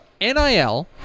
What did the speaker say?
NIL